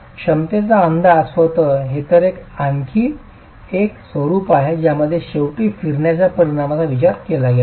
क्षमतेचा अंदाज स्वतः तर हे आणखी एक स्वरूप आहे ज्यामध्ये शेवटी फिरण्याच्या परिणामाचा विचार केला गेला आहे